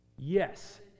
yes